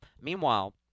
Meanwhile